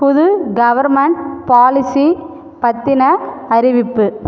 புது government policy பற்றின அறிவிப்பு